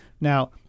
Now